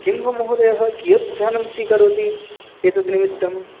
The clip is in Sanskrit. किं वा महोदय कियत् धनं स्वीकरोति एतद् निमित्तं